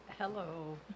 Hello